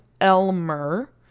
Elmer